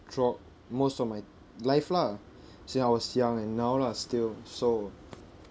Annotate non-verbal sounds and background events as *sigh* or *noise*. throughout most of my life lah *breath* since I was young and now lah still so